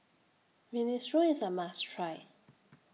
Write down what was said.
Minestrone IS A must Try